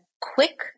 quick